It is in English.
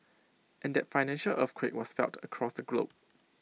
and that financial earthquake was felt across the globe